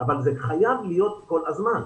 אבל זה חייב להיות כל הזמן.